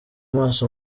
maso